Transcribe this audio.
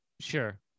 Sure